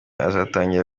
azatangira